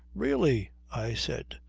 really! i said,